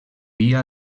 dia